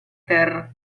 terra